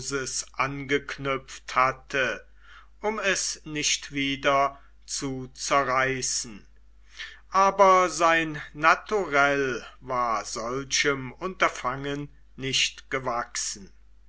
angeknüpft hatte um es nicht wieder zu zerreißen aber sein naturell war solchem unterfangen nicht gewachsen